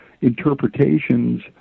interpretations